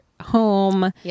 home